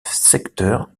secteur